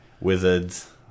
wizards